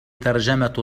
ترجمة